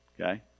okay